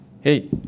Hey